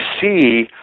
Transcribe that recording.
see